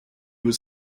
was